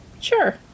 Sure